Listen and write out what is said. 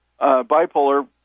bipolar